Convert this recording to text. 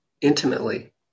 intimately